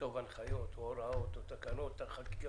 לכתוב הנחיות או הוראות או תקנות על חקיקה,